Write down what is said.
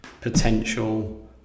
potential